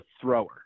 thrower